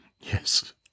Yes